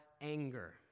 anger